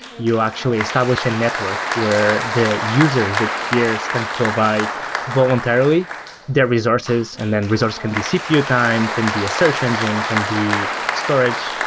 you actually establish a network where the users the peers can provide voluntarily their resources and then resource can be cpu time, can be a search engine, can be storage,